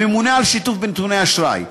הממונה על שיתוף בנתוני אשראי,